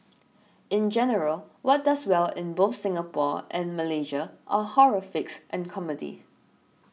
in general what does well in both Singapore and Malaysia are horror flicks and comedies